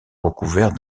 recouvert